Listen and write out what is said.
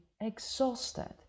exhausted